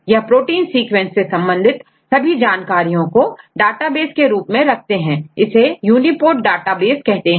यह protein sequences से संबंधित सभी जानकारियों को डेटाबेस के रूप में रखते हैं इसे यूनीपोर्ट डाटाबेस कहते हैं